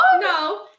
No